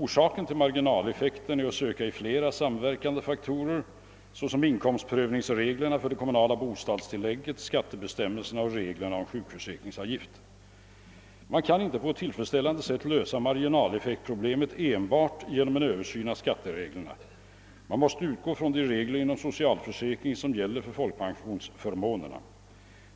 Orsaken till marginaleffekten är att söka i flera samverkande faktorer såsom inkomstprövningsreglerna för det kommunala bostadstill Man kan inte på ett tillfredsställande sätt lösa marginaleffektproblemet enbart genom en översyn av skattereglerna. Man måste utgå från de regler inom socialförsäkringen som gäller för folkpensionsförmåner.